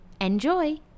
Enjoy